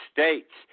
States